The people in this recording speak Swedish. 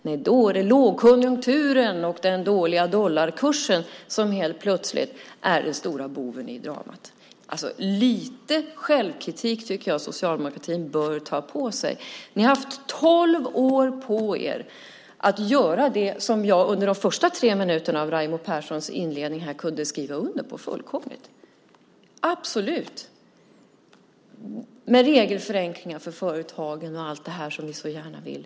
Nej, då är det lågkonjunkturen och den dåliga dollarkursen som helt plötsligt är den stora boven i dramat. Lite självkritik tycker jag att Socialdemokraterna bör ta på sig. Ni har haft tolv år på er för att göra det som jag under de första tre minuterna av Raimo Pärssinens inledning här fullkomligt kunde skriva under på - absolut! Det gäller då regelförenklingar för företagen och allt det ni så gärna vill.